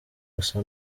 gusa